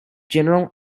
general